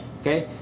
okay